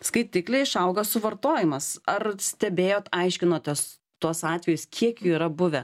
skaitiklį išauga suvartojimas ar stebėjot aiškinotės tuos atvejus kiek jų yra buvę